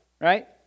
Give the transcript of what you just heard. Right